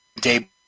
day